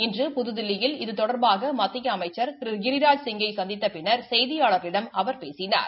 இன்று புதுதில்லியில் இது தொடர்பாக மத்திய அமைச்சர் திரு கிராஜ் சிங்கை சந்தித்த பின்னர் செயதியாளர்களிடம் அவர் பேசினார்